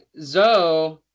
Zoe